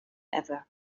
ever